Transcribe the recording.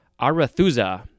arathusa